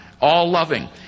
all-loving